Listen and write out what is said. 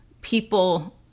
people